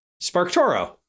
SparkToro